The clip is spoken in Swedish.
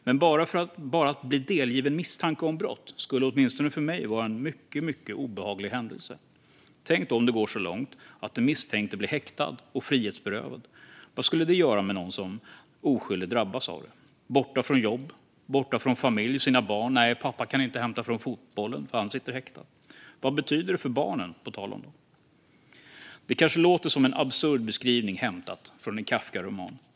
Men bara att bli delgiven misstanke om brott skulle åtminstone för mig vara en mycket obehaglig händelse. Tänk då om det går så långt att den misstänkte blir häktad och frihetsberövad. Vad skulle det göra med någon som oskyldigt drabbas av det - någon som är borta från jobb, borta från familj och barn? Nej, pappa kan inte hämta från fotbollen, för han sitter häktad. Vad betyder det för barnen, på tal om dem? Det kanske låter som en absurd beskrivning hämtad från en Kafkaroman.